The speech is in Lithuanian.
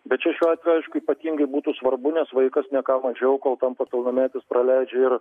bet čia šiuo atveju aišku ypatingai būtų svarbu nes vaikas ne ką mažiau kol tampa pilnametis praleidžia ir